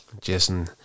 Jason